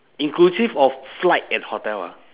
inclusive of flight and hotel ah